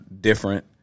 Different